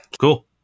Cool